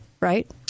right